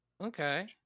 okay